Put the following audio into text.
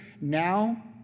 now